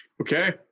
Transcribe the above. Okay